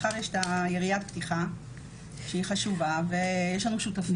מחר יש את ירית הפתיחה שהיא חשובה ויש לנו שותפים.